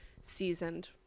seasoned